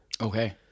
Okay